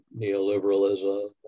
neoliberalism